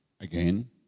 again